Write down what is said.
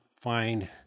find